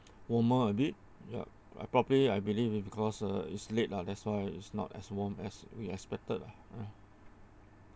warmer a bit yup uh probably I believe it because uh is late lah that's why is not as warm as we expected ah you know